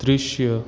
दृश्य